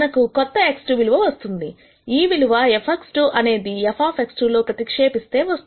మనకు కొత్త x2 విలువ వస్తుంది ఈ విలువ f x2 అనేది f లో ప్రతిక్షేపిస్తే వస్తుంది